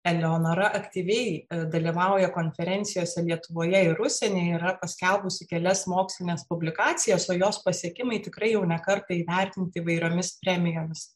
eleonora aktyviai dalyvauja konferencijose lietuvoje ir užsienyje yra paskelbusi kelias mokslines publikacijas o jos pasiekimai tikrai jau ne kartą įvertinti įvairiomis premijomis